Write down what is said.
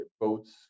boats